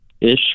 ish